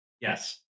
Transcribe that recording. Yes